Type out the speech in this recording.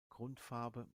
grundfarbe